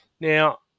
now